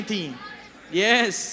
Yes